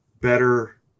better